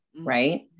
Right